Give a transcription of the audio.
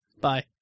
Bye